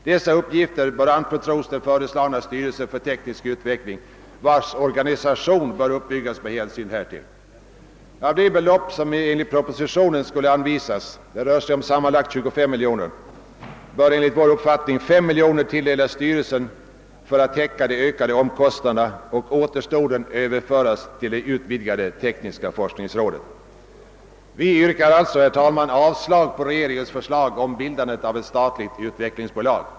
Dessa uppgifter bör anförtros den föreslagna styrelsen för teknisk utveckling, vars organisation bör uppbyggas med hänsyn härtill. Av det belopp som enligt propositionen skulle anvisas — det rör sig om sammanlagt 25 miljoner kronor — bör enligt vår uppfattning 5 miljoner tilldelas styrelsen för att täcka de ökade omkostnaderna och återstoden överföras till det utvidgade tekniska forsk ningsrådet. : Herr talman! Vi yrkar alltså avslag på regeringens förslag om bildandet av ett statligt utvecklingsbolag.